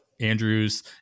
Andrews